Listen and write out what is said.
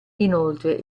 inoltre